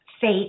fate